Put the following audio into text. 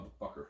motherfucker